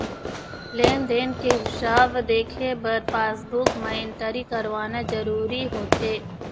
लेन देन के हिसाब देखे बर पासबूक म एंटरी करवाना जरूरी होथे